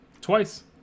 Twice